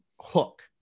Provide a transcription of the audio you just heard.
hook